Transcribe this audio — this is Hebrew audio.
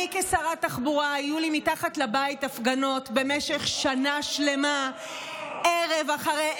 לי כשרת תחבורה היו הפגנות מתחת לבית במשך שנה שלמה ערב אחרי ערב,